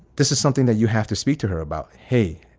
this is something that you have to speak to her about. hey,